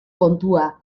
kontua